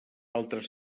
altres